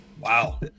wow